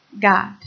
God